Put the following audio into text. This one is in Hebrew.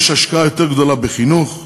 יש השקעה גדולה יותר בחינוך,